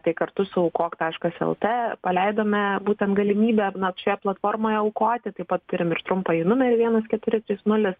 tai kartu su aukok taškas lt paleidome būtent galimybę na šioje platformoje aukoti taip pat turim ir trumpajį numerį vienas keturi trys nulis